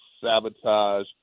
sabotage